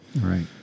Right